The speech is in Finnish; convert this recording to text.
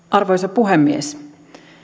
arvoisa puhemies